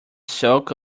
soak